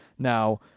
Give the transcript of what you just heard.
Now